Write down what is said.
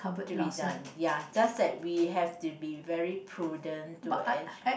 to be done ya just that we have to be very prudent to actually